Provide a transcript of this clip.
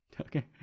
Okay